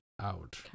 out